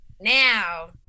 Now